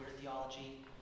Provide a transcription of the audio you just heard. theology